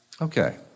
Okay